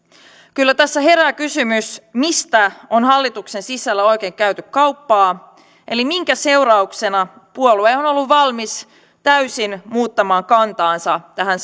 kyllä tässä herää kysymys mistä on hallituksen sisällä oikein käyty kauppaa eli minkä seurauksena puolue on on ollut valmis täysin muuttamaan kantaansa tähän